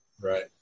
Right